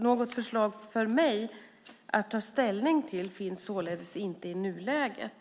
Något förslag för mig att ta ställning till finns således inte i nuläget.